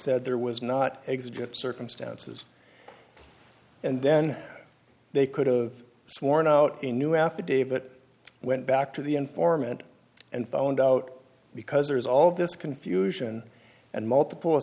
that there was not exit circumstances and then they could've sworn out a new affidavit went back to the informant and phoned out because there is all this confusion and multiple